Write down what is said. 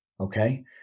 Okay